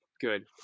good